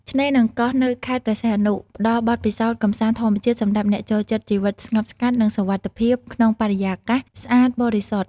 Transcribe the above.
ឆ្នេរនិងកោះនៅខេត្តព្រះសីហនុផ្តល់បទពិសោធន៍កម្សាន្តធម្មជាតិសម្រាប់អ្នកចូលចិត្តជីវិតស្ងប់ស្ងាត់ និងសុវត្ថិភាពក្នុងបរិយាកាសស្អាតបរិសុទ្ធ។